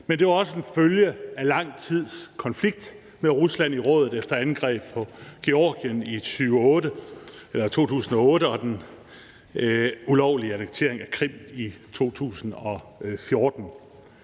men det var også en følge af lang tids konflikt med Rusland i rådet efter angrebet på Georgien i 2008 og den ulovlige annektering af Krim i 2014.